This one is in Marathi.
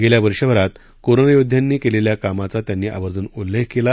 गेल्या वर्षभरात कोरोनायोद्ध्यांनी केलेल्या कामाचा त्यांनी आवर्जून उल्लेख केला